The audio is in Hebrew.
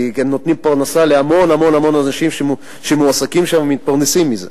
כי הם נותנים פרנסה להמון המון אנשים שמועסקים שם ומתפרנסים מזה.